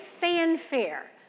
fanfare